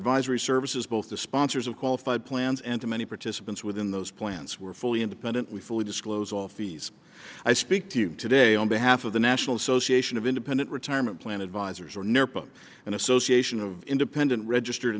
advisory services both the sponsors of qualified plans and to many participants within those plans were fully independent we fully disclose all of these i speak to you today on behalf of the national association of independent retirement plan advisors are never put in association of independent registered